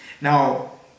Now